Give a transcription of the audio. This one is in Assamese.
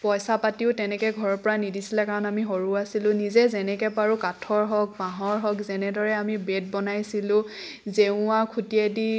পইচা পাতিও তেনেকৈ ঘৰৰ পৰা নিদিছিলে কাৰণে কাৰণ আমি সৰু আছিলোঁ নিজে যেনেকৈ পাৰোঁ কাঠৰ হওক বাঁহৰ হওক যেনেদৰে আমি বেট বনাইছিলোঁ জেওৰা খুটিয়েদি